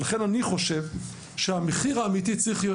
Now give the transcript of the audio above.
לכן אני חושב שהמחיר האמיתי צריך להיות